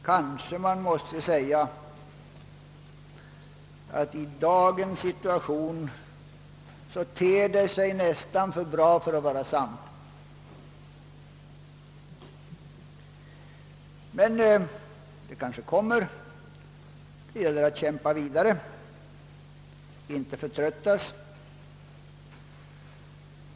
Kanske man måste säga att det i dagens situation nästan ter sig för bra för att vara sant. Men det kanske kommer. Det gäller att kämpa vidare och inte förtröttas.